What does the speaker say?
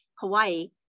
Hawaii